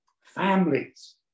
families